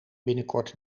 binnenkort